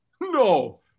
No